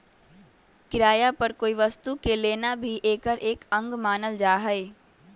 किराया पर कोई वस्तु के लेना भी एकर एक अंग मानल जाहई